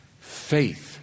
Faith